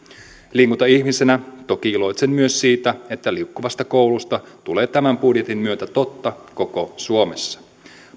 liikuntaihmisenä toki iloitsen myös siitä että liikkuvasta koulusta tulee tämän budjetin myötä totta koko suomessa